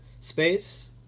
space